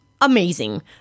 amazing